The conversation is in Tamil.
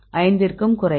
5 க்கும் குறைவு